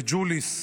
בג'וליס,